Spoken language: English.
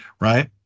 right